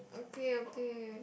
okay okay